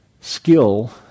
skill